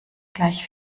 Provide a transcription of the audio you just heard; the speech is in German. gleich